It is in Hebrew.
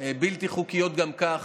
הבלתי-חוקיות גם כך,